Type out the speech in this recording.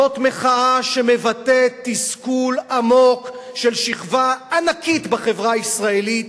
זאת מחאה שמבטאת תסכול עמוק של שכבה ענקית בחברה הישראלית,